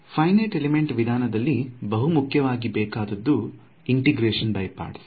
finite element ವಿಧಾನದಲ್ಲಿ ಬಹು ಮುಖ್ಯವಾಗಿ ಬೇಕಾದದ್ದು ಇಂಟೆಗ್ರಷನ್ ಬೈ ಪರ್ಟ್ಸ್